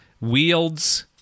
wields